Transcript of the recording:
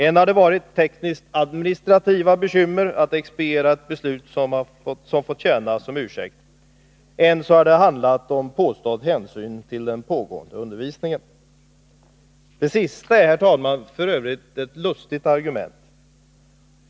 Än har det varit teknisk-administrativa bekymmer att expediera ett beslut som fått tjäna som ursäkt. Än har det handlat om påstådd hänsyn till den pågående undervisningen. Det sista är, herr talman, f. ö. ett lustigt argument.